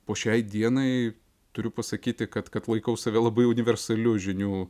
po šiai dienai turiu pasakyti kad kad laikau save labai universaliu žinių